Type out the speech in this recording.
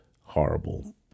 horrible